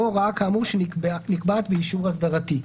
או הוראה כאמור שנקבעת באישור אסדרתי,